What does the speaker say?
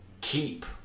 keep